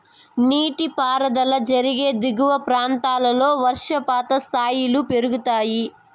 నీటిపారుదల జరిగే దిగువ ప్రాంతాల్లో వర్షపాతం స్థాయిలు పెరుగుతాయి